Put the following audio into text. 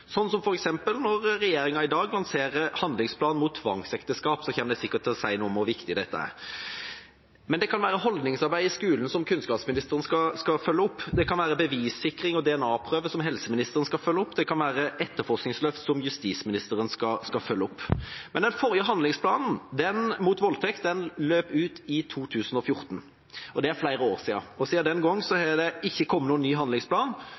Når f.eks. regjeringa i dag lanserer Handlingsplan mot tvangsekteskap, kommer man sikkert til å si noe om hvor viktig dette er. Det kan være holdningsarbeid i skolen, som kunnskapsministeren skal følge opp. Det kan være bevissikring og DNA-prøver, som helseministeren skal følge opp. Det kan være etterforskningsløft, som justisministeren skal følge opp. Den forrige handlingsplanen mot voldtekt løp ut i 2014. Det er flere år siden. Og siden den gang har det ikke kommet noen ny handlingsplan,